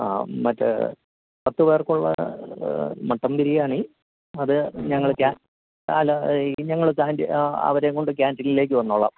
ആ മറ്റു പത്തുപേർക്കുള്ള മട്ടൺ ബിരിയാണി അത് ഞങ്ങള് അല്ല ഞങ്ങള് അത് അവരെയുംകൊണ്ട് ക്യാന്റീനിലേക്കു വന്നോളാം